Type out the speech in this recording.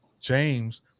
James